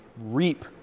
reap